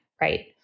right